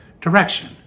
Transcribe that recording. direction